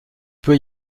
peut